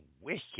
wicked